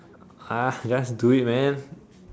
!huh! just do it man